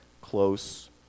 close